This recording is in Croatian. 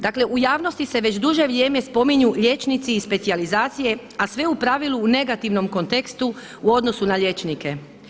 Dakle u javnosti se već duže vrijeme spominju liječnici iz specijalizacije a sve u pravilu u negativnom kontekstu u odnosu na liječnike.